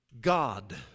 God